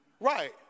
right